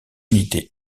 unité